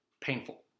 painful